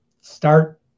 start